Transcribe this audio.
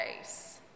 face